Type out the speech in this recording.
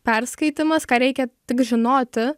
perskaitymas ką reikia tik žinoti